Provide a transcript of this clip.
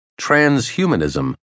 transhumanism